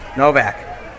Novak